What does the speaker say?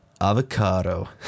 Avocado